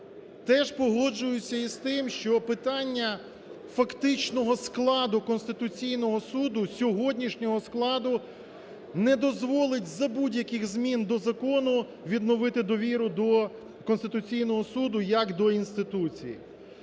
Теж погоджуюся із тим, що питання фактичного складу Конституційного Суду, сьогоднішнього складу не дозволить за будь-яких змін до закону відновити довіру до Конституційного Суду як до інституції.